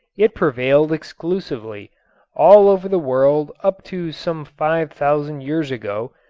it prevailed exclusively all over the world up to some five thousand years ago,